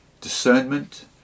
discernment